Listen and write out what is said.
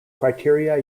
criteria